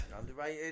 Underrated